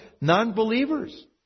non-believers